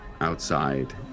outside